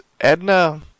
Edna